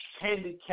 handicap